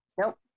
Nope